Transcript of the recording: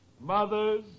mothers